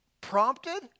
prompted